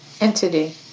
entity